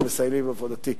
שמסייעים לי בעבודתי.